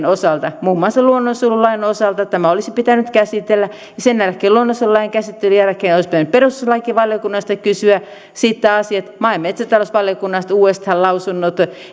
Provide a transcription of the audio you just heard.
osalta muun muassa luonnonsuojelulain osalta tämä olisi pitänyt käsitellä luonnonsuojelulain käsittelyn jälkeen olisi pitänyt perustuslakivaliokunnasta kysyä siitä asiasta maa ja metsätalousvaliokunnasta uudestaan lausunnot